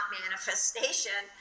manifestation